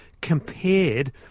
compared